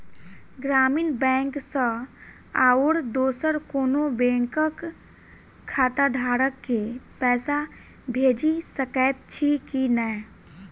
ग्रामीण बैंक सँ आओर दोसर कोनो बैंकक खाताधारक केँ पैसा भेजि सकैत छी की नै?